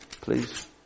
please